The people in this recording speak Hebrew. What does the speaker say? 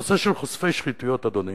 נושא של חושפי שחיתויות, אדוני: